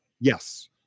Yes